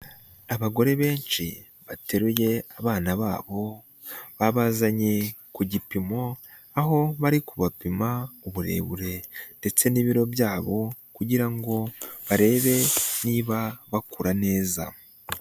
Abagore benshi bateruye abana babo babazanye ku gipimo, aho bari kubapima uburebure ndetse n'ibiro byabo kugira ngo barebe niba bakura neza.